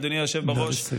אדוני היושב בראש,